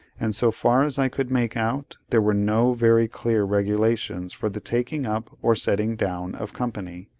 and so far as i could make out, there were no very clear regulations for the taking up or setting down of company.